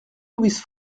louise